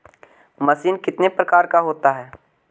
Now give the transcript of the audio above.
Machine कितने प्रकार का होता है?